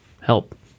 help